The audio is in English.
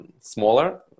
smaller